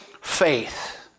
faith